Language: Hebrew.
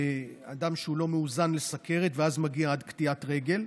אדם שהוא לא מאוזן לסוכרת ואז מגיע עד קטיעת רגל.